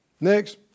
Next